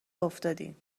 افتادیم